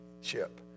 ship